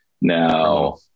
Now